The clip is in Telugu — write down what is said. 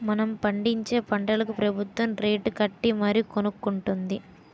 మనం పండించే పంటలకు ప్రబుత్వం రేటుకట్టి మరీ కొనుక్కొంటుంది